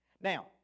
Now